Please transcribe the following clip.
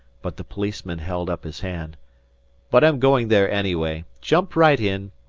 but the policeman held up his hand but i'm goin' there anyway. jump right in.